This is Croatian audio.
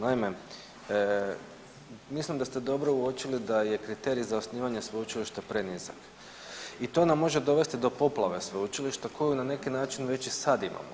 Naime, mislim da ste dobro uočili da je kriterij za osnivanje sveučilišta prenizak i to nam može dovesti do poplave sveučilišta koju na neki način već i sad imamo.